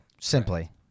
simply